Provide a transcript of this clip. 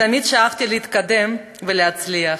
תמיד שאפתי להתקדם ולהצליח.